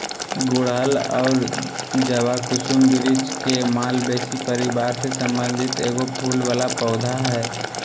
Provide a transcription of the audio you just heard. गुड़हल और जवाकुसुम वृक्ष के मालवेसी परिवार से संबंधित एगो फूल वला पौधा हइ